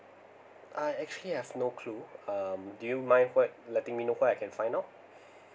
I actually I have no clue um do you mind what letting me know what I can find out